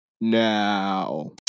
now